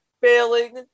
failing